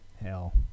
hell